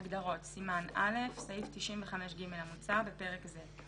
"הגדרות סימן א' 95ג. בפרק זה,